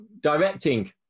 directing